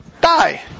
die